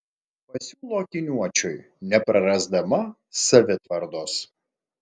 pasiūlo akiniuočiui neprarasdama savitvardos